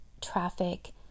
traffic